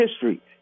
history